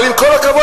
אבל עם כל הכבוד,